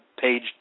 page